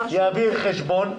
יעביר חשבון,